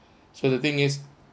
so the thing is